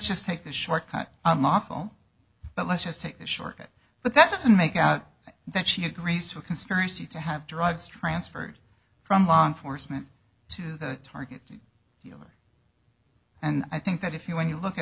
just take the short cut unlawful but let's just take the short cut but that doesn't make out that she agrees to a conspiracy to have drugs transferred from law enforcement to the target dealers and i think that if you when you look at